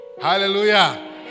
Hallelujah